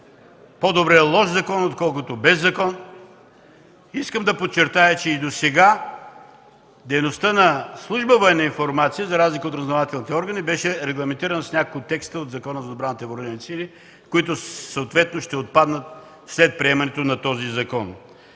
„По-добре лош закон, отколкото без закон!”. Искам да подчертая, че и досега дейността на служба „Военна информация”, за разлика от другите разузнавателни органи, беше регламентиран с някои текстове в Закона за отбраната и Въоръжените сили, които съответно ще отпаднат след приемането на този закон.